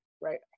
Right